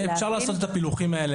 אפשר לעשות את הפילוחים האלה.